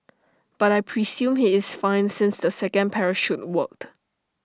but I presume he is fine since the second parachute worked